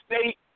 state